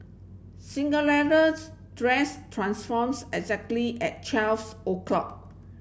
dress transforms exactly at twelves o'clock